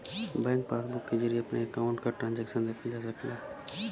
bank passbook के जरिये अपने अकाउंट क ट्रांजैक्शन देखल जा सकला